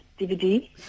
DVD